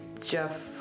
Jeff